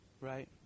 right